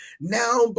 now